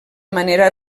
manera